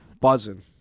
buzzing